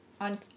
on